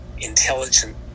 intelligent